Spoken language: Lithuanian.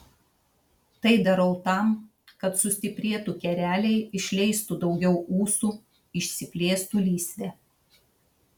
tai darau tam kad sustiprėtų kereliai išleistų daugiau ūsų išsiplėstų lysvė